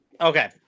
Okay